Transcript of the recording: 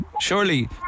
surely